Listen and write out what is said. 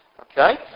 okay